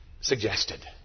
suggested